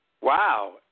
Wow